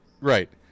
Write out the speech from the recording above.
right